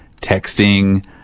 texting